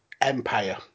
Empire